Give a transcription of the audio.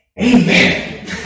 Amen